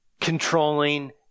controlling